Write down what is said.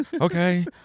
Okay